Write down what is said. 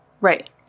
Right